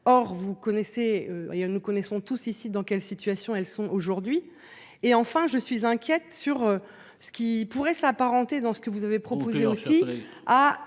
Nous connaissons tous, ici, dans quelle situation. Elles sont aujourd'hui. Et enfin je suis inquiète sur ce qui pourrait s'apparenter dans ce que vous avez proposé aussi à